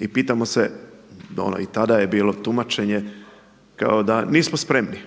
I pitamo se, i tada je bilo tumačenje kao da nismo spremni,